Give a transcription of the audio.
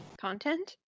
content